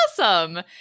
awesome